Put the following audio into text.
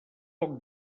poc